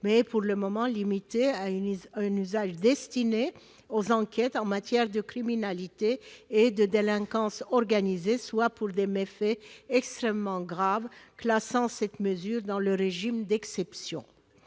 est pour le moment limité aux enquêtes en matière de criminalité et de délinquance organisée, soit pour des méfaits extrêmement graves, ce qui classe cette mesure dans le régime d'exception.